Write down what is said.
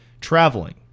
traveling